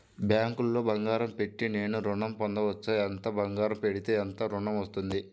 బ్యాంక్లో బంగారం పెట్టి నేను ఋణం పొందవచ్చా? ఎంత బంగారం పెడితే ఎంత ఋణం వస్తుంది?